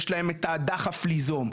יש להם את הדחף ליזום.